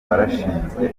warashinzwe